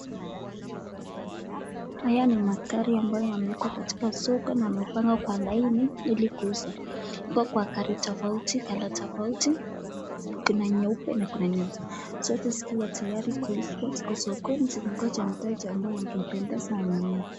Haya ni magari ambayo yameekwa katika soko na yamepangwa kwa laini ili kuuzwa. Iko gari tofauti, colour tofauti, kuna nyeupe na kuna nyeusi zote zikiwa tayari kuuzwa ziko sokoni zinangoja mteja ambaye angependezwa anunue.